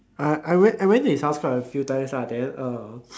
I I went I went to his house quite a few times ah then uh